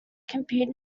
competed